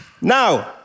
Now